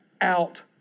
out